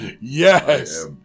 Yes